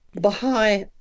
Baha'i